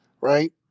right